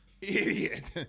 idiot